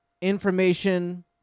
information